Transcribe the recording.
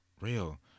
real